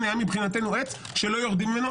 היה מבחינתנו עץ שלא יורדים ממנו.